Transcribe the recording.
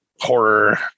horror